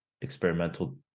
experimental